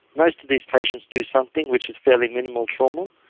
most of these patients do something which is fairly minimal trauma,